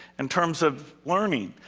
in terms of learning.